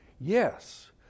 Yes